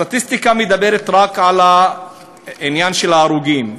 הסטטיסטיקה מדברת רק על העניין של ההרוגים,